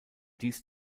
dies